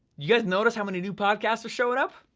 you guys notice how many new podcasts are showing up?